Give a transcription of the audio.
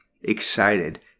excited